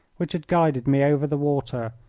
which had guided me over the water,